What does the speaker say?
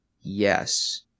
Yes